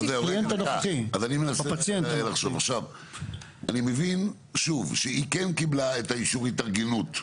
היא בת 95. אני מבין שהיא כן קיבלה את אישור ההתארגנות.